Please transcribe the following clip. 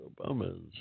Obama's